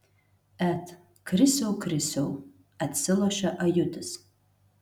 et krisiau krisiau atsilošia ajutis